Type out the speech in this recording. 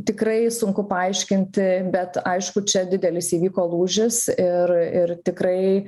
tikrai sunku paaiškinti bet aišku čia didelis įvyko lūžis ir ir tikrai